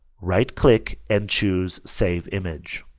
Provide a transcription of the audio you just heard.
right click and choose save image.